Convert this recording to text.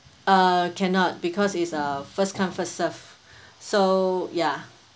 uh cannot because it's a first come first serve so ya